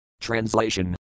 Translation